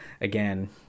Again